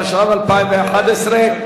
התשע"ב 2011,